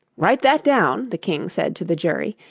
write that down the king said to the jury,